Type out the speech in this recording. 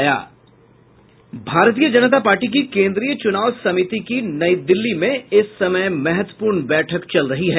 भारतीय जनता पार्टी की केन्द्रीय चुनाव समिति की नई दिल्ली में इस समय महत्वपूर्ण बैठक चल रही है